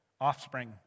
offspring